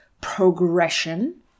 progression